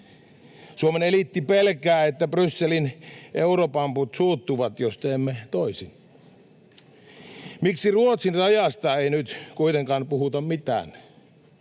Suomen eliitti pelkää, että Brysselin europamput suuttuvat, jos teemme toisin. Miksi Ruotsin rajasta ei nyt kuitenkaan puhuta mitään?